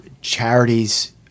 charities